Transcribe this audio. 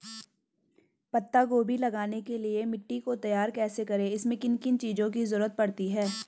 पत्ता गोभी लगाने के लिए मिट्टी को तैयार कैसे करें इसमें किन किन चीज़ों की जरूरत पड़ती है?